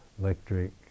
electric